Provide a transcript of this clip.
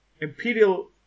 Imperial